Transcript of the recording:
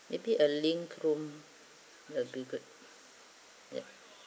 may be a linked room will be good yup